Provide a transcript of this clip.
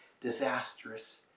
disastrous